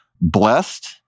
blessed